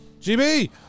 GB